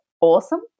awesome